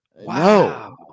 Wow